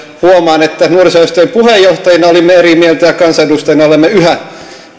huomaan että nuorisojärjestöjen puheenjohtajina olimme eri mieltä ja kansanedustajina olemme yhä